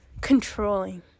Controlling